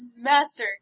master